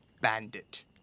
bandit